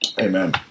Amen